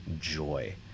joy